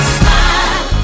smile